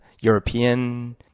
European